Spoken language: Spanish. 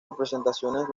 representaciones